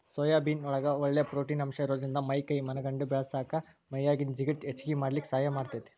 soybean ನೊಳಗ ಒಳ್ಳೆ protein ಅಂಶ ಇರೋದ್ರಿಂದ ಮೈ ಕೈ ಮನಗಂಡ ಬೇಳಸಾಕ ಮೈಯಾಗಿನ ಜಿಗಟ್ ಹೆಚ್ಚಗಿ ಮಾಡ್ಲಿಕ್ಕೆ ಸಹಾಯ ಮಾಡ್ತೆತಿ